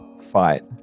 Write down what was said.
fight